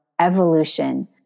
evolution